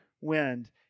wind